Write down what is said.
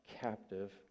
captive